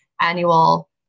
annual